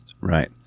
right